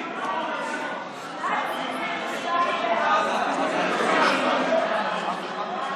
אם אין, אני נועל את ההצבעה.